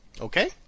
Okay